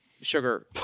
sugar